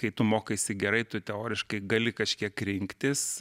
kai tu mokaisi gerai tu teoriškai gali kažkiek rinktis